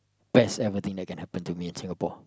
best ever thing that can happen to me in Singapore